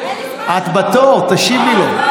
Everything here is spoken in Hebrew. אין לי זמן, את בתור, תשיבי לו.